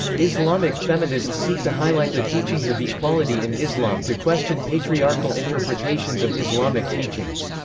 islamic feminists seek to highlight the teachings of equality in islam to question patriarchal interpretations of islamic teachings.